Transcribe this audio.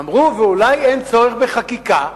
אמרו: ואולי אין צורך בחקיקה?